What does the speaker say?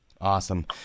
Awesome